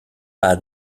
pas